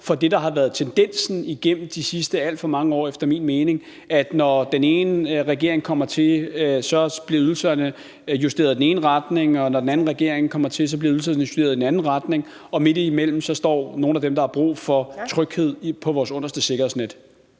for det, der har været tendensen igennem de sidste alt for mange år efter min mening, nemlig at når den ene regering kommer til, bliver ydelserne justeret i den ene retning, og når den anden regering kommer til, bliver ydelserne justeret i den anden retning, og midt imellem står nogle af dem, der har brug for tryghed, på vores nederste sikkerhedsnet.